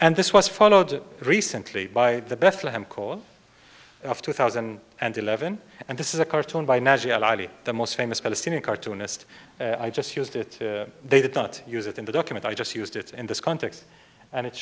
and this was followed recently by the bethlehem call of two thousand and eleven and this is a cartoon by now the most famous palestinian cartoonist i just used it they did not use it in the document i just used it in this context and it